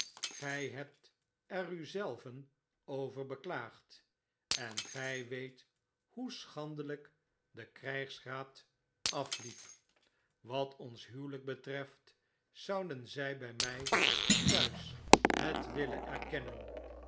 gij hebt er u zelven over beklaagd en gij weet hoe schandelijk de krijgsraad afliep wat ons huwelijk betreft zouden zij bij mij t'huis het willea erkennen